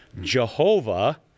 Jehovah